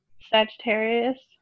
Sagittarius